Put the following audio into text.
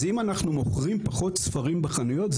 אז אם אנחנו מוכרים פחות ספרים בחנויות,